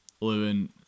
living